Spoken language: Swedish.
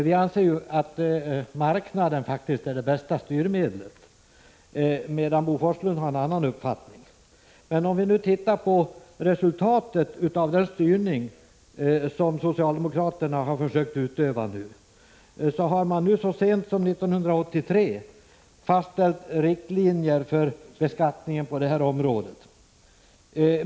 Vi anser att marknaden är det bästa styrmedlet. Om vi nu tittar på resultatet av den styrning som socialdemokraterna har försökt utöva, finner vi att man så sent som 1983 fastställde riktlinjer för beskattningen på det här området.